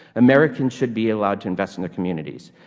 americans should be allowed to invest in their communities.